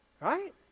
Right